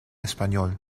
español